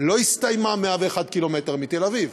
לא הסתיימה 101 קילומטר מתל-אביב,